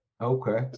Okay